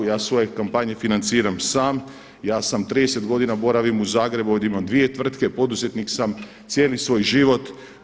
Ja svoje kampanje financiram sam, ja 30 godina boravim u Zagrebu ovdje imam dvije tvrtke, poduzetnik sam cijeli svoj život.